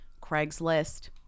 Craigslist